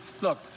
Look